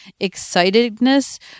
excitedness